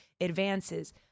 advances